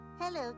hello